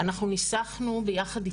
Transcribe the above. אנחנו ניסחנו ביחד איתן,